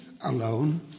alone